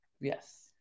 Yes